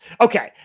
Okay